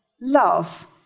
love